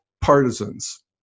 partisans